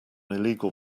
illegal